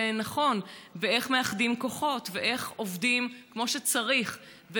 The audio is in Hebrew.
נכון ואיך מאחדים כוחות ואיך עובדים כמו שצריך.